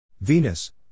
Venus